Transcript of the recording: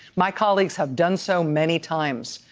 my colleagues have done so many times.